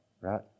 right